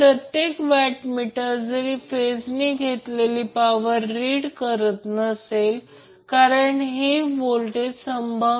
तर ते 667 वॅट होत आहे त्याचप्रमाणे P2 साठी ते VBN Ib असेल फक्त एकदा आकृती पहा